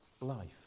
life